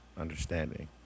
understanding